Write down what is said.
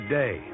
day